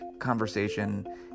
conversation